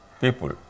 people